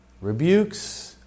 rebukes